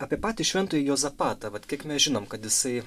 apie patį šventąjį juozapatą vat kiek mes žinom kad jisai